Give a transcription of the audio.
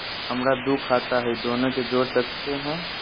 हमरा दू खाता हय, दोनो के जोड़ सकते है?